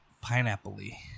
Pineapple-y